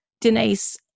Denise